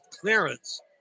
clearance